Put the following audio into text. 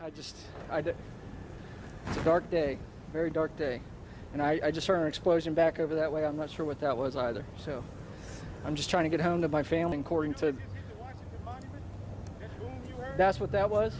just a dark day very dark day and i just heard splosion back over that way i'm not sure what that was either so i'm just trying to get home to my family in korean to that's what that